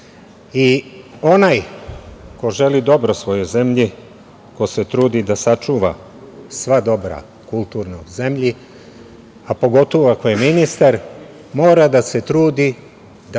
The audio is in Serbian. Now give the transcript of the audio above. Onaj ko želi dobro svojoj zemlji, ko se trudi da sačuva sva kulturna dobra u zemlji, a pogotovo ako je ministar, mora da se trudi da